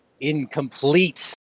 incomplete